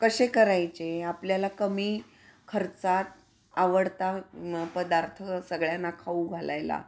कसे करायचे आपल्याला कमी खर्चात आवडता पदार्थ सगळ्यांना खाऊ घालायला